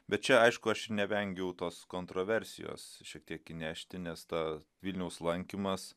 bet čia aišku aš nevengiau tos kontroversijos šiek tiek įnešti nes tas vilniaus lankymas